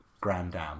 Grandam